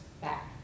back